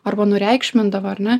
arba nureikšmindavo ar ne